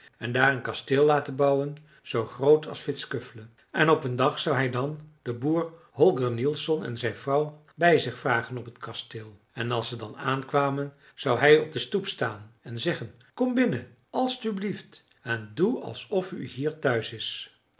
en daar een kasteel laten bouwen zoo groot als vittskövle en op een dag zou hij dan den boer holger nielsson en zijn vrouw bij zich vragen op t kasteel en als ze dan aankwamen zou hij op de stoep staan en zeggen kom binnen alstublieft en doe alsof u hier thuis is